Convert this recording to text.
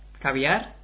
Caviar